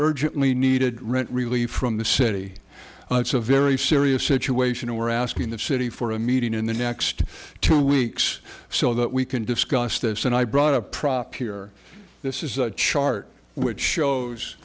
urgently needed rent relief from the city it's a very serious situation we're asking the city for a meeting in the next two weeks so that we can discuss this and i brought a prop here this is a chart which shows